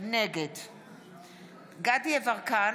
נגד דסטה גדי יברקן,